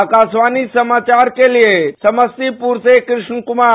आकाशवाणी समाचार के लिये समस्तीपुर से कृष्ण कुमार